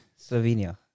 Slovenia